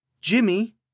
Jimmy